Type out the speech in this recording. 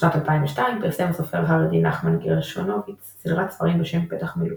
בשנת 2002 פרסם הסופר החרדי נחמן גרשונוביץ סדרת ספרים בשם "פתח מילוט"